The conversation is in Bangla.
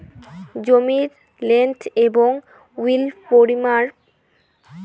জমির লেন্থ এবং উইড্থ পরিমাপ করে জমির পরিমান বলা যেতে পারে